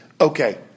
okay